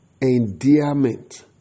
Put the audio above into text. endearment